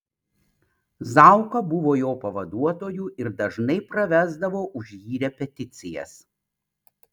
zauka buvo jo pavaduotoju ir dažnai pravesdavo už jį repeticijas